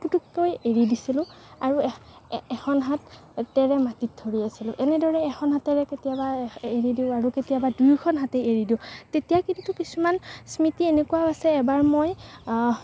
পুটুককৈ এৰি দিছিলোঁ আৰু এখ এখন হাত হাতেৰে মাটিত ধৰি আছিলোঁ এনেদৰে এখন হাতেৰে কেতিয়াবা এৰি দিওঁ আৰু কেতিয়াবা দুয়োখন হাতেই এৰি দিওঁ তেতিয়া কিন্তু কিছুমান স্মৃতি এনেকুৱাও আছে এবাৰ মই